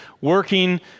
working